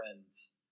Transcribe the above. friends